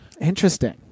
Interesting